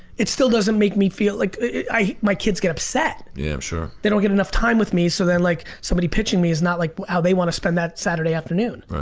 it still doesn't make me feel like, my kids get upset sure they don't get enough time with me. so then like somebody pitching me is not like how they wanna spend that saturday afternoon. right?